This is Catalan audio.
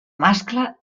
mascle